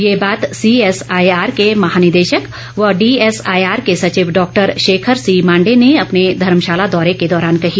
ये बात सीएसआईआर के महानिदेशक व डीएसआईआर के सचिव डॉक्टर शेखर सीमांडे ने अपने धर्मशाला दौरे के दौरान कही